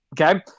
Okay